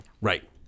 Right